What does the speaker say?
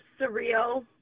Surreal